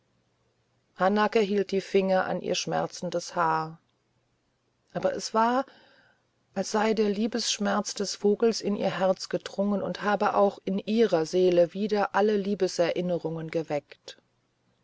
hanake hielt die finger an ihr schmerzendes haar aber es war als sei der liebesschmerz des vogels in ihr herz gedrungen und habe auch in ihrer seele wieder alle liebeserinnerungen geweckt